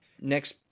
Next